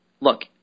look